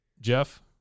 Jeff